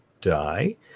die